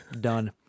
done